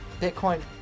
Bitcoin